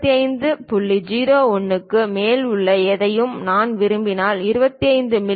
01 க்கு மேல் உள்ள எதையும் நான் விரும்பினால் 25 மி